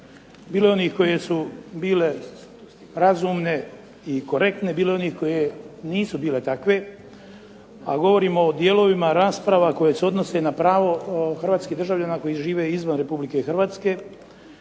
bilo je onih koje su bile razumne i korektne, bilo je onih koje nisu bile takve a govorimo o dijelovima rasprava koje se odnose na pravo Hrvatskih državljana koji žive izvan Republike Hrvatske.